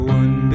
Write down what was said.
one